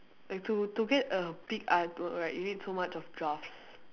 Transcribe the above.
like to to get a big artwork right you need so much of drafts